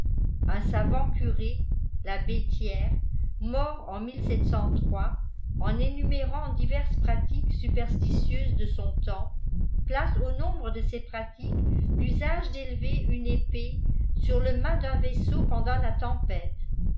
un savant curé l'abbé thiers mort en en énumérant diverses pratiques superstitieuses de son temps place au nombre de ces pratiques l'usage d'élever une épée sur le mftt d un vaisseau pendant la tempête